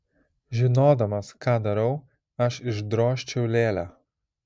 žinodamas ką darau aš išdrožčiau lėlę